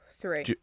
Three